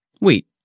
Wait